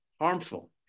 harmful